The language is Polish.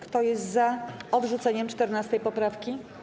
Kto jest za odrzuceniem 14. poprawki?